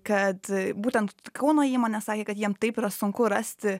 kad būtent kauno įmonė sakė kad jiem taip yra sunku rasti